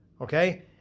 Okay